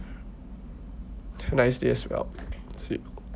nice day as well see you